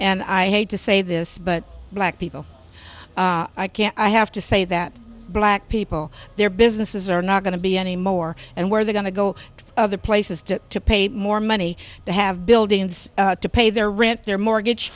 and i hate to say this but black people i can't i have to say that black people their businesses are not going to be any more and where they're going to go to other places to pay more money to have buildings to pay their rent their mortgage